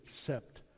accept